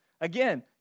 Again